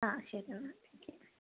ആ ശരിയെന്നാൽ thank you